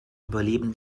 überleben